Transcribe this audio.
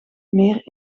meer